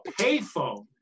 payphone